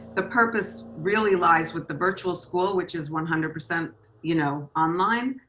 the purpose really lies with the virtual school, which is one hundred percent you know online.